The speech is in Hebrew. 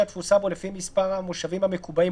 שנשאר מאז תחילת הקורונה שאפשר להם לפעול בתפוסה גבוהה